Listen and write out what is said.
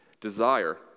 desire